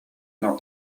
not